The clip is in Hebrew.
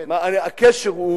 לא הבנתי את הקשר,